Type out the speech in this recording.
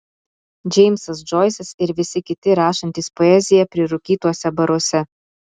džeimsas džoisas ir visi kiti rašantys poeziją prirūkytuose baruose